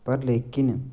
पर लेकिन